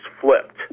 flipped